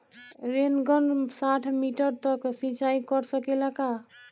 Rain gun साठ metre तक सिचाई कर सकेला का?